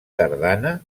tardana